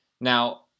Now